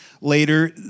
later